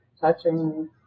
touching